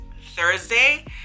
Thursday